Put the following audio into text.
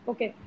Okay